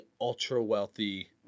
ultra-wealthy